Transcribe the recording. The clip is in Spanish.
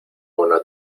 una